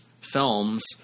films